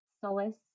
Solace